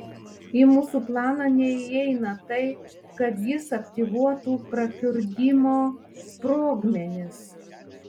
į mūsų planą neįeina tai kad jis aktyvuotų prakiurdymo sprogmenis